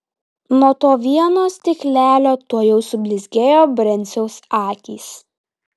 nuo to vieno stiklelio tuojau sublizgėjo brenciaus akys